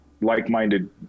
like-minded